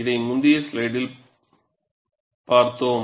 இதை முந்தைய ஸ்லைடில் இதைப் பார்த்தோம்